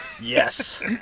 Yes